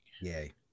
Yay